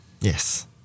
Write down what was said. Yes